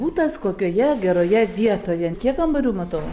butas kokioje geroje vietoje kiek kambarių matau